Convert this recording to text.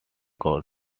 court